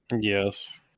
Yes